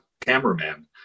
cameraman